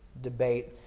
debate